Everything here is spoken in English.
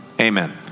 Amen